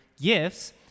gifts